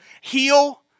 heal